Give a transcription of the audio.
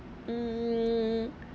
mm